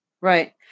Right